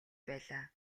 байлаа